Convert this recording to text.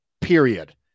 period